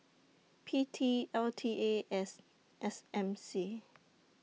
P T L T A S S M C